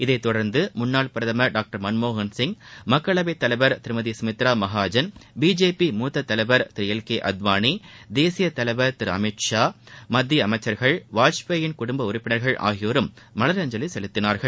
இதைத் தொடர்ந்து முன்னாள் பிரதமர் டாக்டர் மன்மோகன் சிங் மக்களவைத் தலைவர் திருமதி கமித்ரா மஹாஜன் பிஜேபி மூத்தத் தலைவர் திரு எல் கே அத்வாளி தேசியத் தலைவர் திரு அமித் ஷா மத்திய அமைச்சர்கள் வாஜ்பேயி யின் குடும்ப உறுப்பினர்கள் ஆகியோரும் மலரஞ்சலி செலுத்தினார்கள்